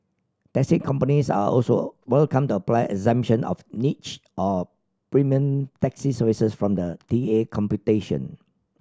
taxi companies are also welcome to apply exemption of niche or premium taxi services from the T A computation